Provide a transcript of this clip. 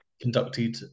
conducted